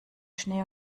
schnee